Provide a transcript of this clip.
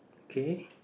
K